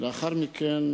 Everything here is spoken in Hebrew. לאחר מכן,